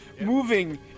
Moving